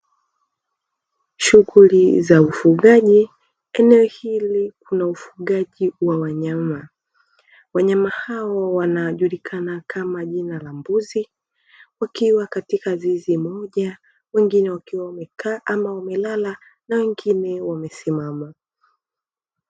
Shughuli za ufugaji; eneo hili ni kuna ufugaji wa wanyama. Wanyama hao wanajulikana kama jina la mbuzi wakiwa katika zizi moja wengine wakiwa wamekaa ama wamelala na wengine wamesimama.